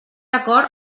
acord